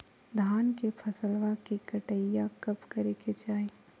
धान के फसलवा के कटाईया कब करे के चाही?